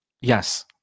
Yes